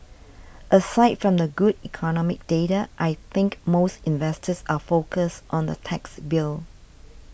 aside from the good economic data I think most investors are focused on the tax bill